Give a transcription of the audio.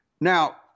Now